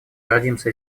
гордимся